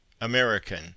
American